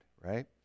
right